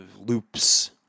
loops